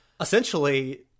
Essentially